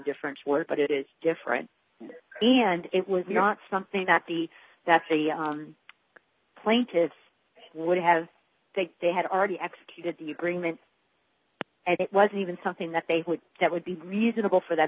difference word but it is different and it was not something that the that the plaintiffs would have that they had already executed the agreement and it wasn't even something that they thought that would be reasonable for them